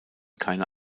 keine